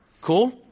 Cool